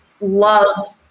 loved